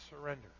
surrender